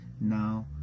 now